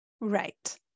right